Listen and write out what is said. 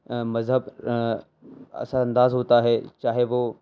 مذہب اثرانداز ہوتا ہے چاہے وہ